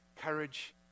courage